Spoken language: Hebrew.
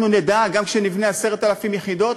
אנחנו נדע, גם כשנבנה 10,000 יחידות,